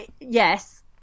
yes